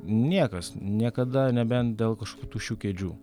niekas niekada nebent dėl kažkokių tuščių kėdžių